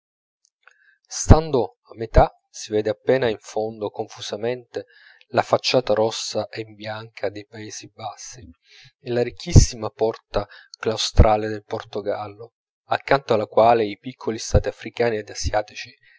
stando a metà si vede appena in fondo confusamente la facciata rossa e bianca dei paesi bassi e la ricchissima porta claustrale del portogallo accanto alla quale i piccoli stati africani ed asiatici